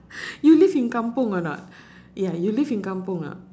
you live in kampung or not ya you live in kampung uh